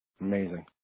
Amazing